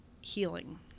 healing